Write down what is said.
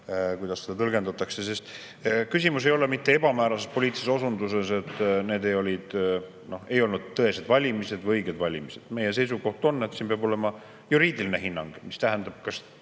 kuidas seda tõlgendatakse. Küsimus ei ole mitte ebamäärases poliitilises osunduses, et need ei olnud tõesed või õiged valimised, vaid meie seisukoht on, et siin peab olema juriidiline hinnang. See tähendab seda,